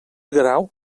grau